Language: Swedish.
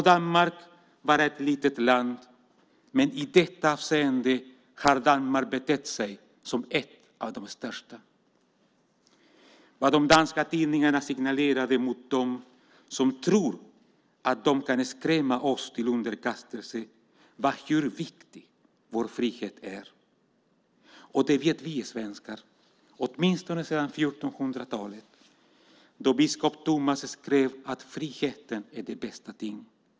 Danmark må vara ett litet land men i detta avseende har Danmark betett sig som ett av de största. Vad de danska tidningarna signalerade mot dem som tror att de kan skrämma oss till underkastelse var hur viktig vår frihet är. Det vet vi svenskar åtminstone sedan 1400-talet då biskop Thomas skrev att frihet är det bästa ting.